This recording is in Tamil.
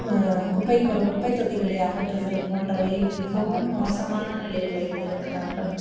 குப்பை குப்பைதொட்டிகளை அகற்றுதல் போன்றவை மிகவும் மோசமான நிலையில் வைத்திருக்கிறார்கள்